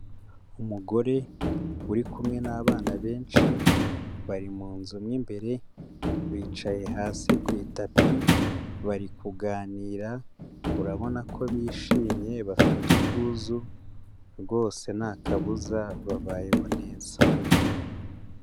Umugore uri kumwe n'abana benshi bari mu nzu mo imbere bicaye hasi ku itapi bari kuganira, urabona ko bishimye bafite ubwuzu rwose nta kabuza babayeho neza.